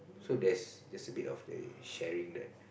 so that's that's a bit of a sharing that